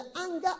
anger